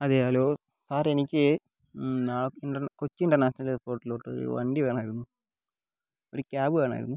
അതെ hello sir എനിക്ക് നാ ഇൻറ്റെർ കൊച്ചി ഇൻ്റെർനാഷണൽ എയർപോട്ടിലോട്ട് ഒരു വണ്ടി വേണമായിരുന്നു ഒരു ക്യാബ് വേണമായിരുന്നു